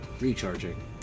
recharging